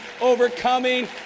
overcoming